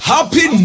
Happy